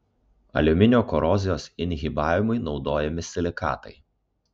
aliuminio korozijos inhibavimui naudojami silikatai